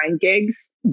gigs